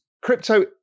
crypto